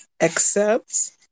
accept